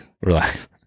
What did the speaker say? relax